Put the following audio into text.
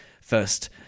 first